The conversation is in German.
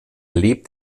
lebt